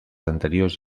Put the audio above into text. anteriors